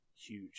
huge